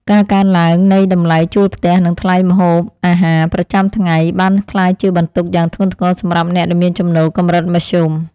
ការកើនឡើងនៃតម្លៃជួលផ្ទះនិងថ្លៃម្ហូបអាហារប្រចាំថ្ងៃបានក្លាយជាបន្ទុកយ៉ាងធ្ងន់ធ្ងរសម្រាប់អ្នកមានចំណូលកម្រិតមធ្យម។